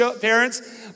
parents